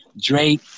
Drake